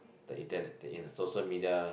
the in the in social media